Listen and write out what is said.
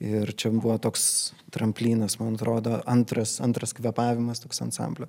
ir čia buvo toks tramplynas man atrodo antras antras kvėpavimas toks ansamblio